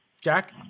Jack